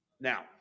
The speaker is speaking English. Now